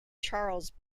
charles